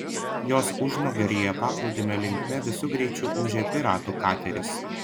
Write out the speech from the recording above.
jos užnugaryje paplūdimio linkme visu greičiu ūžė piratų kateris